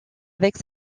avec